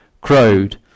crowed